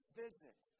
visit